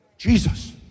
Jesus